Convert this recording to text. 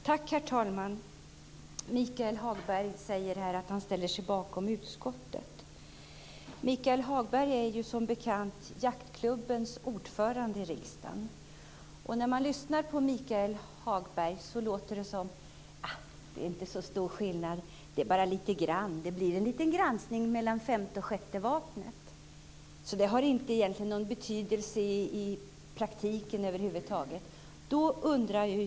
Herr talman! Michael Hagberg säger att han ställer sig bakom utskottet. Michael Hagberg är som bekant jaktklubbens ordförande i riksdagen. När man lyssnar på Michael Hagberg låter det som om det inte är så stor skillnad. Det är bara en liten skillnad. Det blir en liten granskning mellan femte och sjätte vapnet. Det har egentligen över huvud taget ingen betydelse i praktiken.